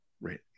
right